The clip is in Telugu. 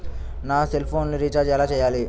నా సెల్ఫోన్కు రీచార్జ్ ఎలా చేయాలి?